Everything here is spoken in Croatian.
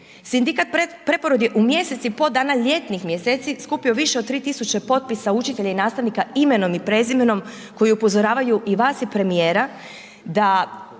Sindikat preporod je u mjesec i po dana ljetnih mjeseci skupio više od 3000 potpisa učitelja i nastavnika imenom i prezimenom koji upozoravaju i vas i premijera da